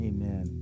Amen